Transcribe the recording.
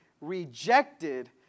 rejected